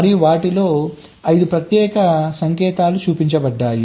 మరియు వాటిలో 5 ప్రత్యేక సంకేతాలు చూపించబడ్డాయి